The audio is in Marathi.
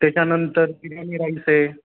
त्याच्यानंतर बिर्यानी राईस आहे